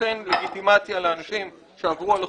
נותן לגיטימציה לאנשים שעברו על החוק,